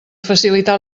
facilitar